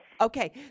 okay